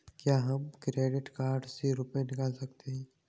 क्या हम credit card से रुपये निकाल सकते हैं?